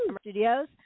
studios